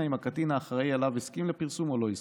אם הקטין האחראי לו הסכים לפרסום או לא הסכים.